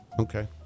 Okay